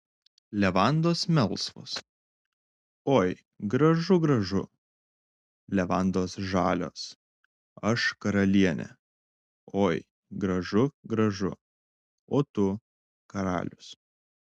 levandos melsvos oi gražu gražu levandos žalios aš karalienė oi gražu gražu o tu karalius